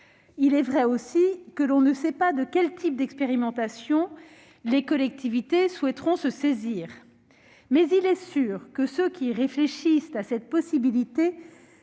Il est vrai aussi que l'on ne sait pas de quels types d'expérimentations les collectivités souhaiteront se saisir, mais il est sûr que celles qui réfléchissent à cette possibilité